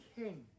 king